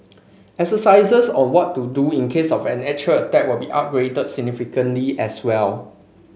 exercises on what to do in case of an actual attack will be upgraded significantly as well